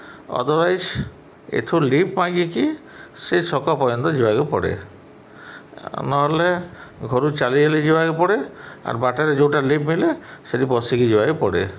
otherwise ଏଇଠୁ lift ମାଗିକି ସେ ଛକ ପର୍ଯ୍ୟନ୍ତ ଯିବାକୁ ପଡ଼େ ନହେଲେ ଘରୁ ଚାଲି ଚାଲି ଯିବାକୁ ପଡ଼େ ଆର୍ ବାଟରେ ଯେଉଁଟା ଲିପ୍ଟ୍ ମିଳେ ସେଇଠି ବସିକି ଯିବାକୁ ପଡ଼େ